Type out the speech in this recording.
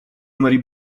numeri